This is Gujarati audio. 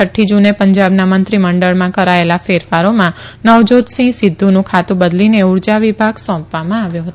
છઠ્ઠ જુને પંજાબના મંત્રીમંડળમાં કરાયેલા ફેરફારોમાં નવજાનસિંહ સિધ્ધુનું ખાતુ બદલીને ઉર્જા વિભાગ સોંપવામાં આવ્યો હતો